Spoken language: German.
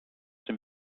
dem